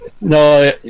no